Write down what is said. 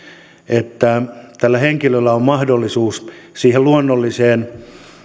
että tällä henkilöllä on mahdollisuus ainakin siihen luonnolliseen